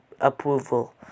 approval